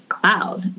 cloud